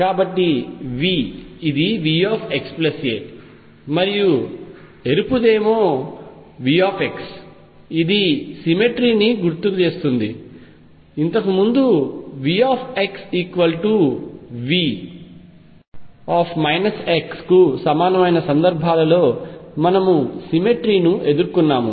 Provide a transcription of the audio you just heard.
కాబట్టి v ఇది V xa మరియు ఎరుపు దేమో V ఇది సిమెట్రీని గుర్తుకు వస్తుంది ఇంతకు ముందు V V కు సమానమైన సందర్భాలలో మనము సిమెట్రీ ను ఎదుర్కొన్నాము